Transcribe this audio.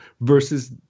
versus